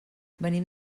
venim